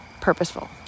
purposeful